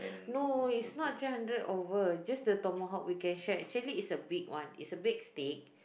no it's not three hundred over just the Tomahawk we can share actually it's a big one it's a big steak